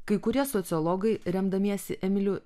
kai kurie sociologai remdamiesi emiliu